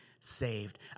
saved